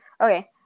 Okay